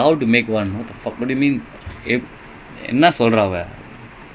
I don't know lah I just Google do something